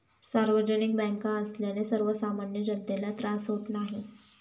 सार्वजनिक बँका असल्याने सर्वसामान्य जनतेला त्रास होत नाही